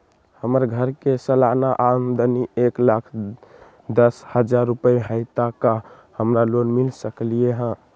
हमर घर के सालाना आमदनी एक लाख दस हजार रुपैया हाई त का हमरा लोन मिल सकलई ह?